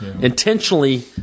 intentionally